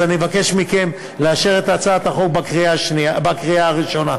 אז אני מבקש מכם לאשר את הצעת החוק בקריאה הראשונה.